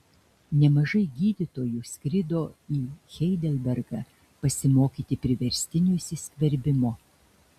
nemažai gydytojų skrido į heidelbergą pasimokyti priverstinio įsiskverbimo